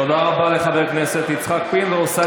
תודה רבה לחבר הכנסת יצחק פינדרוס.